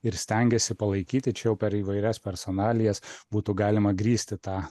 ir stengėsi palaikyt i čia jau per įvairias personalijas būtų galima grįsti tą